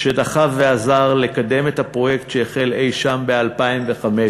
שדחף ועזר לקדם את הפרויקט שהחל אי-שם ב-2005,